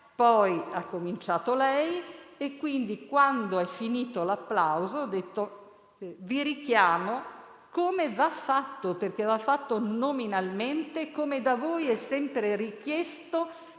poi ha cominciato lei e pertanto, quando è finito l'applauso, vi ho richiamato come va fatto. Infatti, va fatto nominalmente, come da voi è sempre richiesto